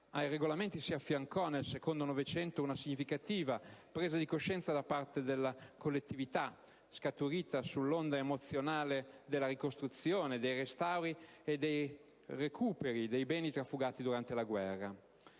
Ai regolamenti si affiancò, nel secondo Novecento, una significativa presa di coscienza da parte della collettività, scaturita sull'onda emozionale della ricostruzione, dei restauri e dei recuperi dei beni trafugati durante la guerra.